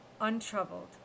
untroubled